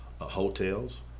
hotels